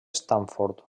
stanford